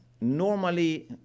normally